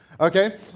okay